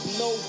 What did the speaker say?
no